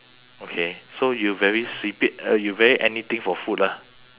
okay so you very 随便 uh you very anything for food lah